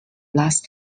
last